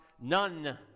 none